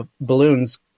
balloons